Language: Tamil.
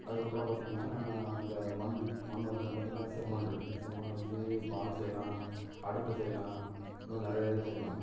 அதற்கப்புறம் பார்த்திங்கனா அந்த மண்ணு மண்ணு வந்து பார்த்தினா செம்மண் இருக்கு செம்மண் வச்சு பானை செய்யலாம் அடுப்பு செய்யலாம் இன்னும் நிறையா இது செய்யலாம்